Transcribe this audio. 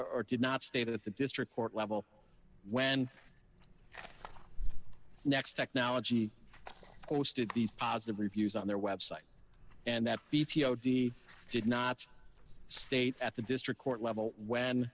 or did not state at the district court level when next technology posted these positive reviews on their website and that p t o d did not state at the district court level